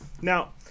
Now